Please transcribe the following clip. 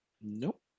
nope